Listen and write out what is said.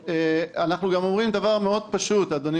אנחנו גם אומרים דבר מאוד פשוט, אדוני